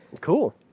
Cool